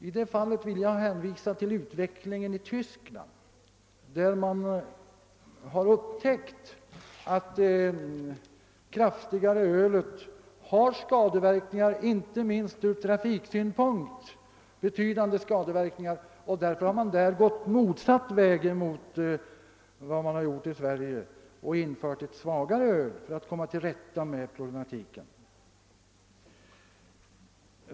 I det fallet vill jag hänvisa till utvecklingen i Tyskland, där man upptäckt att det kraftigare ölet har betydande skadeverkningar inte minst ur trafiksäkerhetssynpunkt. Därför har man gått motsatt väg till vad vi gjort i Sverige och infört ett svagare öl för att komma till rätta med problematiken.